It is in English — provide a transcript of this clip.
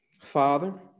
Father